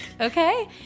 okay